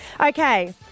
Okay